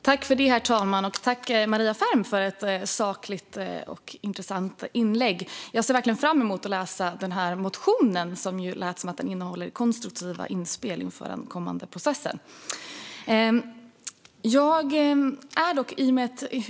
Herr talman! Tack, Maria Ferm, för ett sakligt och intressant inlägg! Jag ser verkligen fram emot att läsa motionen. Det låter som om den innehåller konstruktiva inspel inför den kommande processen.